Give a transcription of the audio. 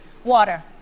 Water